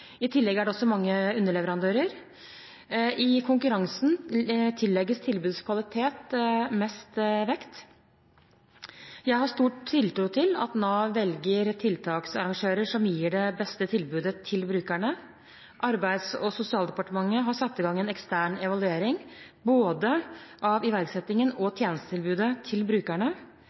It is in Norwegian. I tillegg er det også mange underleverandører. I konkurransen tillegges tilbudets kvalitet mest vekt. Jeg har stor tiltro til at Nav velger tiltaksarrangører som gir det beste tilbudet til brukerne. Arbeids- og sosialdepartementet har satt i gang en ekstern evaluering av både iverksettingen og tjenestetilbudet til brukerne.